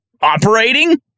operating